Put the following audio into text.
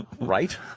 Right